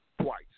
twice